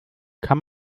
kann